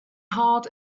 heart